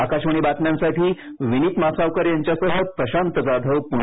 आकाशवाणी बातम्यांसाठी विनीत मासावकर यांच्यासह प्रशांत जाधव प्रणे